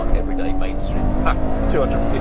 everyday mainstream, ha it's two hundred